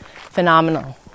phenomenal